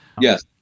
yes